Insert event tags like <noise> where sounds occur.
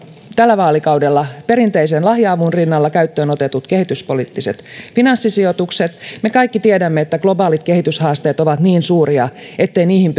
tällä vaalikaudella perinteisen lahja avun rinnalla käyttöön otetut kehityspoliittiset finanssisijoitukset me kaikki tiedämme että globaalit kehityshaasteet ovat niin suuria ettei niihin <unintelligible>